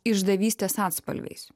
išdavystės atspalviais